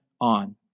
on